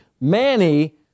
Manny